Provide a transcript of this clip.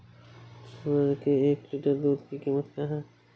सुअर के एक लीटर दूध की कीमत क्या है?